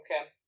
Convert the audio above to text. Okay